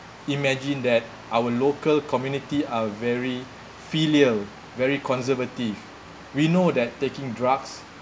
imagine that our local community are very filial very conservative we know that taking drugs